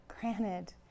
granted